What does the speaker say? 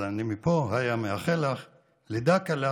אז אני מפה מאחל לך לידה קלה.